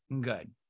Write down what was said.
good